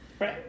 Right